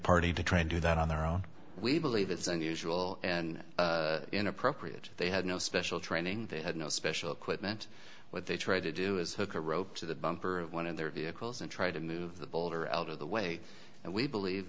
party to try and do that on their own we believe it's unusual and inappropriate they had no special training they had no special equipment what they try to do is hook a rope to the bumper of one of their vehicles and try to move the boulder out of the way and we believe